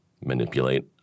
manipulate